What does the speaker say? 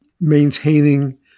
maintaining